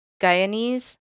Guyanese